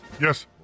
Yes